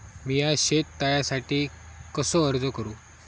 मीया शेत तळ्यासाठी कसो अर्ज करू?